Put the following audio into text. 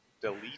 Delete